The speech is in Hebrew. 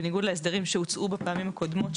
בניגוד להסדרים שהוצעו בפעמים הקודמות,